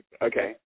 Okay